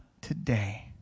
today